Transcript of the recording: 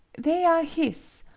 they are his,